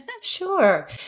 Sure